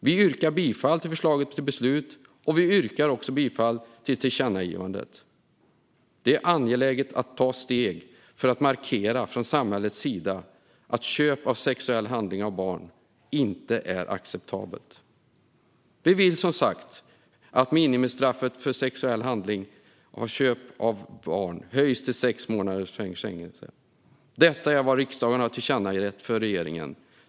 Jag yrkar bifall till förslaget till beslut, och jag yrkar också bifall till tillkännagivandet. Det är angeläget att ta steg för att från samhällets sida markera att köp av sexuell handling av barn inte är acceptabelt. Vi vill som sagt att minimistraffet för köp av sexuell handling av barn höjs till sex månaders fängelse. Detta är också vad riksdagen har tillkännagett för regeringen.